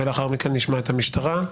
ולאחר מכן נשמע את המשטרה.